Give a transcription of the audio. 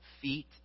feet